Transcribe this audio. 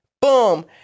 boom